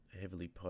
heavily